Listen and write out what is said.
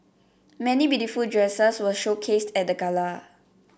many beautiful dresses were showcased at the gala